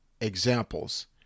examples